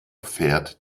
fährt